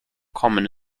common